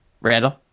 Randall